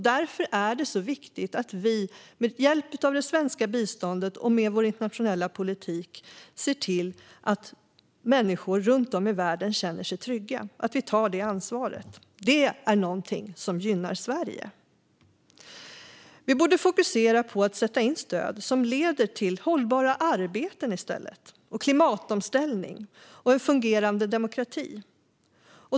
Därför är det så viktigt att vi med hjälp av det svenska biståndet och med vår internationella politik ser till att människor runt om i världen känner sig trygga och att vi tar det ansvaret. Det är någonting som gynnar Sverige. Vi borde fokusera på att sätta in stöd som i stället leder till hållbara arbeten, klimatomställning och en fungerande demokrati.